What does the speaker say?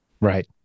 Right